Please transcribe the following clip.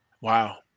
Wow